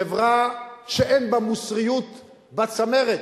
חברה שאין בה מוסריות בצמרת,